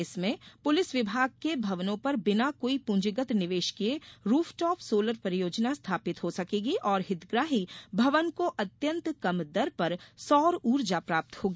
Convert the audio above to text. इसमें पुलिस विभाग के भवनों पर बिना कोई पूंजीगत निवेश किये रूफटॉफ सोलर परियोजना स्थापित हो सकेगी और हितग्राही भवन को अत्यंत कम दर पर सौर ऊर्जा प्राप्त होगी